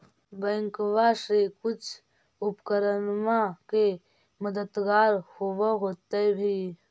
बैंकबा से कुछ उपकरणमा के मददगार होब होतै भी?